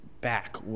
back